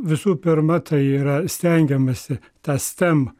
visų pirma tai yra stengiamasi tą steam